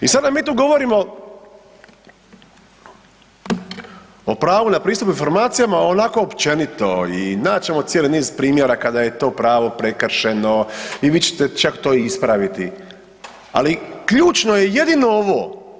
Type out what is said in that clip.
I sada mi tu govorimo o pravu na pristup informacijama onako općenito i naći ćemo cijeli niz primjer kada je to pravo prekršeno i vi ćete čak to ispraviti ali ključno je jedino ovo.